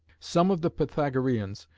some of the pythagoreans,